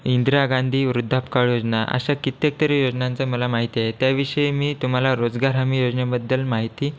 इंदिरा गांधी वृद्धापकाळ योजना अशा कित्येक तरी योजनांची मला माहिती आहे त्याविषयी मी तुम्हाला रोजगार हमी योजनेबद्दल माहिती